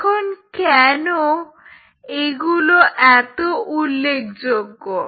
এখন কেন এগুলো এত উল্লেখযোগ্য